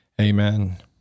Amen